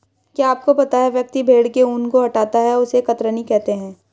क्या आपको पता है व्यक्ति भेड़ के ऊन को हटाता है उसे कतरनी कहते है?